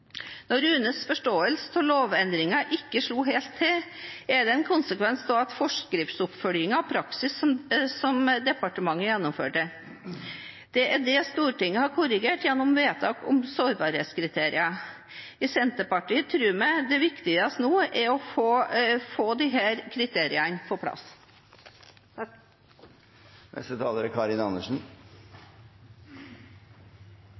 Når UNEs forståelse av lovendringen ikke slo helt til, er det en konsekvens av den forskriftsoppfølging og praksis som departementet gjennomførte. Det er dette Stortinget har korrigert gjennom vedtak av sårbarhetskriterier. I Senterpartiet tror vi det viktigste nå er å få disse kriteriene på plass.